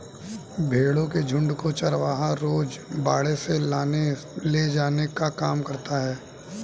भेंड़ों के झुण्ड को चरवाहा रोज बाड़े से लाने ले जाने का काम करता है